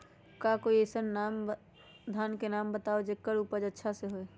का कोई अइसन धान के नाम बताएब जेकर उपज अच्छा से होय?